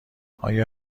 آیا